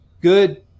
Good